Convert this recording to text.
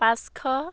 পাঁচশ